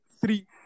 three